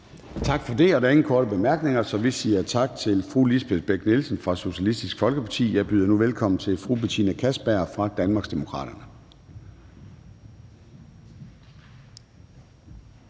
Tak for det. Der er ingen korte bemærkninger, så vi siger tak til fru Lisbeth Bech-Nielsen fra Socialistisk Folkeparti. Jeg byder nu velkommen til fru Betina Kastbjerg fra Danmarksdemokraterne.